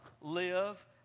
live